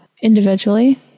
individually